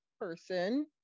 person